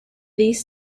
these